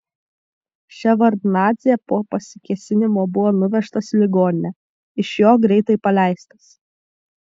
ševardnadzė po pasikėsinimo buvo nuvežtas į ligoninę iš jo greitai paleistas